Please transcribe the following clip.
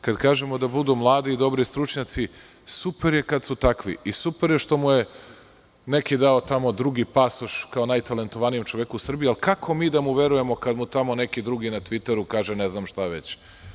Kada kažemo da budu mladi i dobri stručnjaci, super je kad su takvi i super je što mu je neki tamo drugi dao pasoš kao najtalentovanijem čoveku u Srbiji, ali kako mi da mu verujemo kada mu tamo neki drugi na Tviteru kaže ne znam šta već?